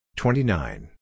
twenty-nine